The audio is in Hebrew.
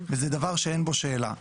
וזה דבר שאין בו שאלה.